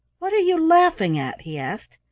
what are you laughing at? he asked,